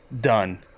done